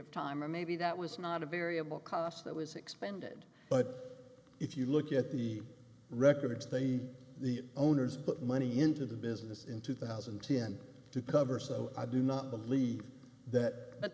of time or maybe that was not a variable cost that was expended but if you look at the records they the owners put money into the business in two thousand and ten to cover so i do not believe that but